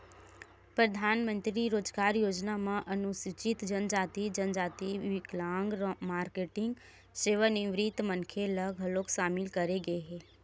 परधानमंतरी रोजगार योजना म अनुसूचित जनजाति, जनजाति, बिकलांग, मारकेटिंग, सेवानिवृत्त मनखे ल घलोक सामिल करे गे हे